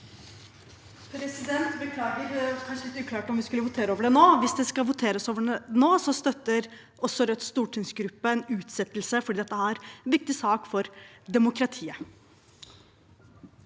Beklager, det ble litt uklart om vi skal votere over det nå. Hvis det skal voteres over nå, støtter også Rødts stortingsgruppe en utsettelse, for dette er en viktig sak for demokratiet.